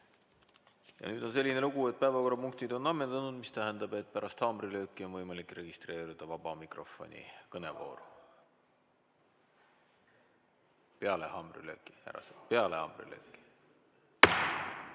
Nüüd on selline lugu, et päevakorrapunktid on ammendunud, mis tähendab, et pärast haamrilööki on võimalik registreeruda vaba mikrofoni kõnevooru. Peale haamrilööki, härrased, peale haamrilööki.